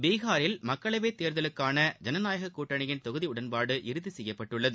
பீஹாரில் மக்களவைத்தேர்தலுக்கான ஜனநாயகக்கூட்டணியின் தொகுதி உடன்பாடு இறுதி செய்யப்பட்டுள்ளது